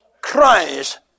Christ